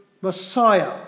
Messiah